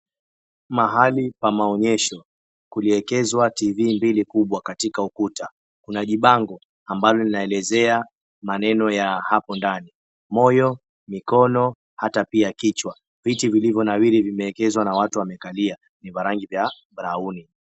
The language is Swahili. Mahali pa maonyesho kuliekezwa tv mbili kubwa katika ukuta. Kuna jibango ambalo linaelezea maneno ya hapo ndani; moyo, mikono hata pia kichwa. Viti vilivyonawiri vimeekwa na watu wamekalia ni vya rangi ya brown .